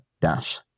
dash